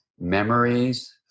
memories